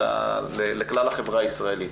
אלא לכלל החברה הישראלית,